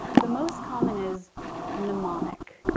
the most common is mnemonic.